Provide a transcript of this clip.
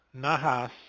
nahas